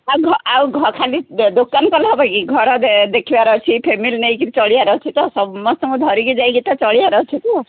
ଆଉ ଘର ଖାଲି ଦୋକାନ କଲେ ହେବ କି ଘର ଦେଖିବାର ଅଛି ଫ୍ୟାମିଲି ନେଇକି ଚଳିବାର ଅଛି ତ ସମସ୍ତଙ୍କୁ ଧରିକି ଯାଇକି ତ ଚଳିବାର ଅଛି ତ